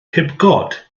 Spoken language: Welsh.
pibgod